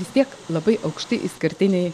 vis tiek labai aukšti išskirtiniai